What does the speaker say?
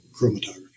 chromatography